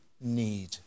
need